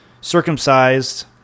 circumcised